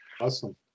awesome